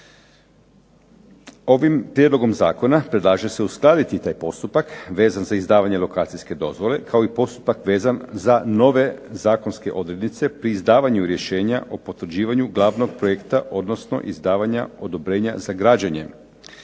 Ovim prijedlogom zakona predlaže se uskladiti taj postupak vezan za izdavanje lokacijske dozvole, kao i postupak vezan za nove zakonske odrednice pri izdavanju rješenja o potvrđivanju glavnog projekta, odnosno izdavanje odobrenja za građenje.